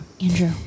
andrew